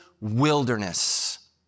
wilderness